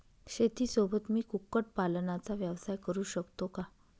शेतीसोबत मी कुक्कुटपालनाचा व्यवसाय करु शकतो का?